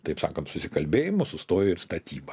taip sakant susikalbėjimo sustojo ir statyba